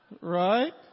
right